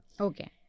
Okay